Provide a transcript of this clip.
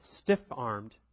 stiff-armed